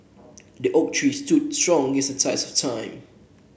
the oak tree stood strong against the test of time